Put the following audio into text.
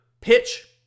pitch